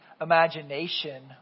imagination